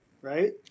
Right